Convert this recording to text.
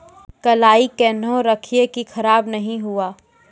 कलाई केहनो रखिए की खराब नहीं हुआ?